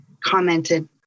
commented